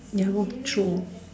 ya lor true